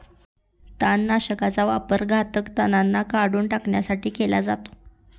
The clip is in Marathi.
तणनाशकाचा वापर घातक तणांना काढून टाकण्यासाठी केला जातो